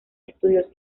estudios